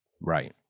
Right